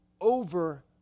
over